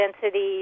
density